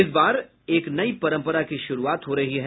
इस बार एक नई परंपरा की शुरूआत हो रही है